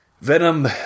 Venom